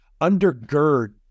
undergird